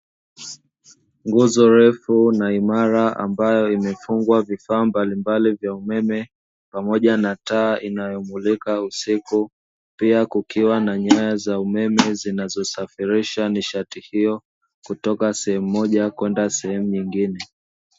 Nguzo ndefu na imara ambayo imefungwa vifaa mbalimbali vya umeme pamoja na taa inayomulika usiku, pia kukiwa na nyaya za umeme zinazosafirisha nishati hiyo kutoka sehemu moja kwenda sehemu nyingine.